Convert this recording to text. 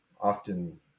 often